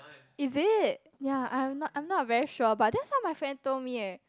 is it ya I'm not I'm not very sure but that's what my friend told me eh